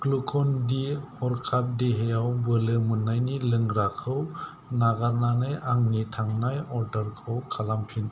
glucan डि हरखाब देहायाव बोलो मोननायनि लोंग्राखौ नागारनानै आंनि थांनाय अर्डारखौ खालामफिन